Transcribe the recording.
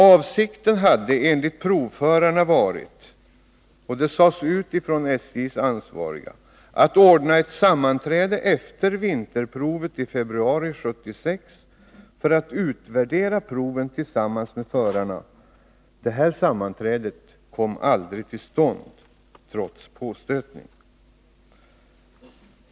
Avsikten hade enligt provförarna varit — och det sades också av SJ:s ansvariga — att ordna ett sammanträde efter vinterprovet i februari 1976 för utvärdering av proven tillsammans med förarna. Detta sammanträde kom aldrig till stånd trots påstötningar.